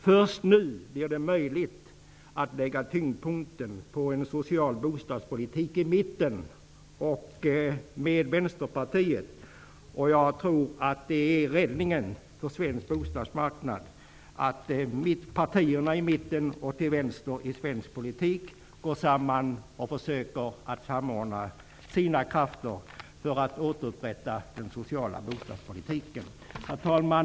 Först nu blir det möjligt att lägga tyngdpunkten på en social bostadspolitik från mitten -- med Vänsterpartiet. Jag tror att räddningen för svensk bostadsmarknad är att mitten och vänsterpartierna går samman och försöker samordna sina krafter för att återupprätta den sociala bostadspolitiken. Herr talman!